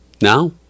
Now